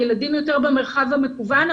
הילדים יותר במרחב המקוון,